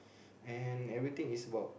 and everything is about